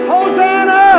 Hosanna